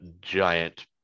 giant